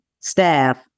staff